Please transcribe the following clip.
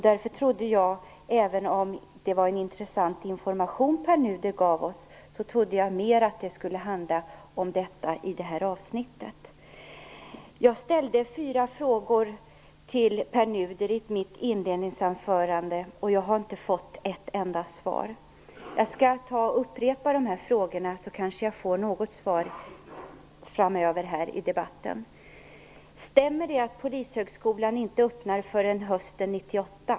Därför trodde jag, även om det var en intressant information Pär Nuder gav oss, att det mer skulle handla om detta i det här avsnittet. Jag ställde fyra frågor till Pär Nuder i mitt inledningsanförande, och jag har inte fått ett enda svar. Jag skall upprepa frågorna, så kanske jag får något svar i debatten framöver. Stämmer det att Polishögskolan inte öppnar förrän hösten 1998?